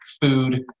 food